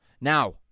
Now